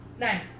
Nine